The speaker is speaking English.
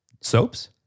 soaps